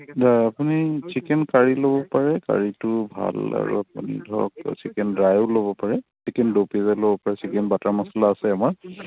আপুনি chicken curry ল'ব পাৰে কাৰিটো ভাল আৰু আপুনি ধৰক চিকেন ড্ৰায়ো ল'ব পাৰে চিকেন দু প্যাজা ল'ব পাৰে চিকেন বাটাৰ মচলা আছে আমাৰ